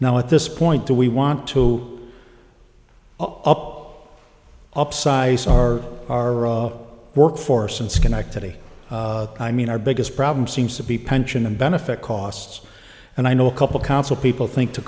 now at this point do we want to upsize our our workforce in schenectady i mean our biggest problem seems to be pension and benefit costs and i know a couple council people think to